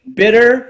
bitter